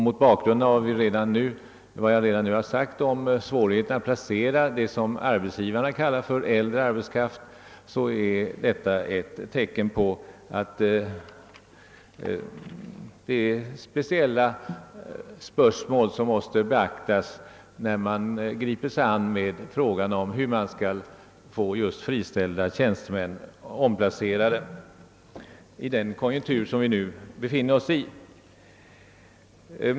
Mot bakgrund av vad jag redan sagt om svårigheten att placera vad arbetsgivarna kallar äldre arbetskraft är detta ett tecken på de speciella spörsmål som måste beaktas när man griper sig an med frågan om hur man skall få just de friställda tjänstemännen omplacerade i den dämpade konjunktur som vi nu befinner OSS i.